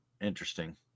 Interesting